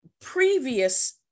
previous